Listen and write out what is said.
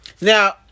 Now